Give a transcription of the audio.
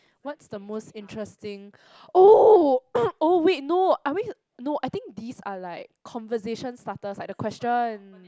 what's the most interesting oh oh wait no uh wait no I think these are like conversation starters like the question